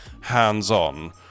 hands-on